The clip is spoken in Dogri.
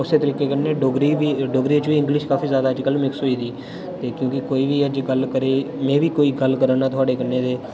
उस्सै तरीके कन्नै डोगरी बी डोगरी च बी इंग्लिश काफी जादे अज्जकल मिक्स होई दी ते क्योंकि कोई बी अज्जकल घरै अज्जकल मै बी कोई गल्ल करा ना थुआढ़े कन्नै ते